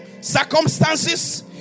circumstances